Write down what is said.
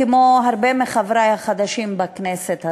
כמו הרבה מחברי החדשים בכנסת הזאת,